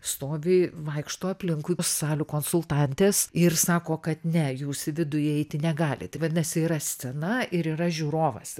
stovi vaikšto aplinkui salių konsultantės ir sako kad ne jūs į vidų įeiti negalit vadinasi yra scena ir yra žiūrovas